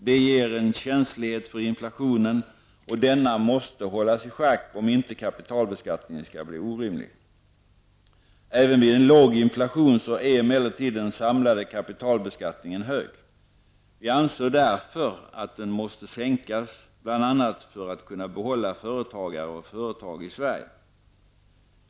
Det ger en känslighet för inflationen och denna måste hållas i schack om inte kapitalbeskattningen skall bli orimlig. Även vid en låg inflation är emellertid den samlade kapitalbeskattningen hög. Vi anser därför att den måste sänkas, bl.a. för att kunna behålla företagare och företag i Sverige.